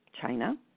China